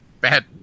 bad